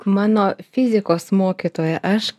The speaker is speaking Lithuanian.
mano fizikos mokytoja aš